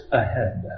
ahead